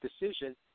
decision